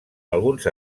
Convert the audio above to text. alguns